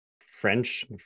French